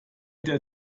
der